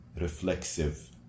reflexive